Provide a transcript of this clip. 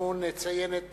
נציין את